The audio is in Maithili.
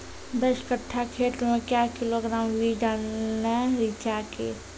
दस कट्ठा खेत मे क्या किलोग्राम बीज डालने रिचा के?